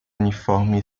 uniforme